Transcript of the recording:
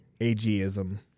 Ageism